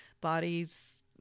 bodies